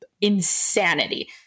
insanity